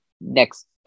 next